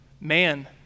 man